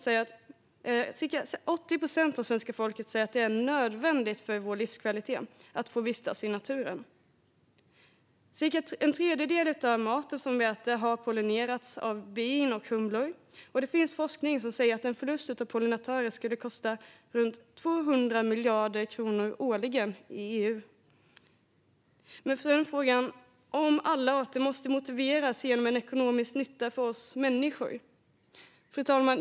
Cirka 80 procent av svenska folket säger att det är nödvändigt för vår livskvalitet att få vistas i naturen. Ungefär en tredjedel av den mat vi äter har pollinerats av bin och humlor, och det finns forskning som säger att en förlust av pollinatörer skulle kosta runt 200 miljarder kronor årligen i EU. Men då är frågan om alla arter måste motiveras med en ekonomisk nytta för oss människor.